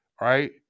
right